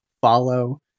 follow